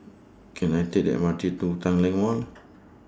Can I Take The M R T to Tanglin Mall